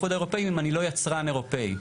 לא יצרן אירופי,